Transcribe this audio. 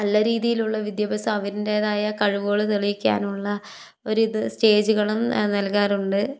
നല്ല രീതിയിലുള്ള വിദ്യാഭ്യാസം അവരിൻ്റേതായ കഴിവുകൾ തെളിയിക്കാനുള്ള ഒരിത് സ്റ്റേജുകളും നൽകാറുണ്ട്